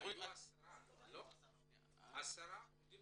עשרה עובדים